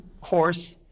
horse